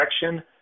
direction